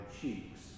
cheeks